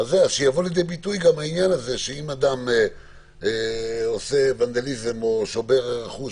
אז שיבוא לידי ביטוי גם העניין הזה שאם אדם עושה ונדליזם או שובר רכוש,